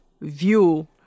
view